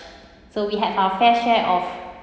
so we have our fair share of